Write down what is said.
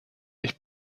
ich